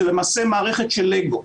זה למעשה מערכת של לגו.